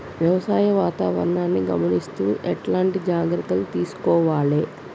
వ్యవసాయ వాతావరణాన్ని గమనిస్తూ ఎట్లాంటి జాగ్రత్తలు తీసుకోవాలే?